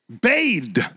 bathed